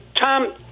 Tom